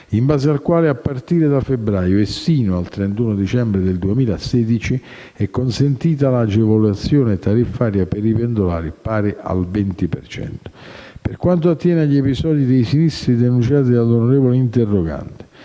in base al quale, a partire da febbraio e sino al 31 dicembre 2016, è consentita l'agevolazione tariffaria per i pendolari pari al 20 per cento. Per quanto attiene agli episodi dei sinistri denunciati dall'onorevole interrogante,